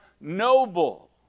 noble